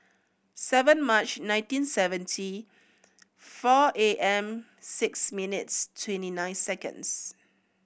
seven March nineteen seventy four A M six minutes twenty nine seconds